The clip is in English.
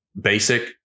basic